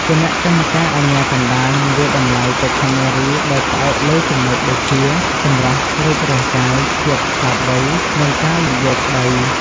គណៈកម្មការអាជ្ញាកណ្តាលនឹងវាយតម្លៃបេក្ខនារីដោយផ្អែកលើចំណុចដូចជា សម្រស់ រូបរាងកាយ ភាពឆ្លាតវៃ និងការនិយាយស្តី។